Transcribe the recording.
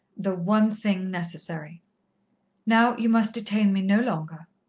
the one thing necessary now you must detain me no longer.